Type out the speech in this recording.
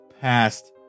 past